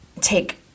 take